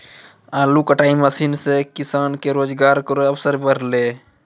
आलू कटाई मसीन सें किसान के रोजगार केरो अवसर बढ़लै